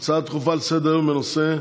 הצעות דחופות לסדר-היום בנושא: